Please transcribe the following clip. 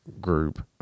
group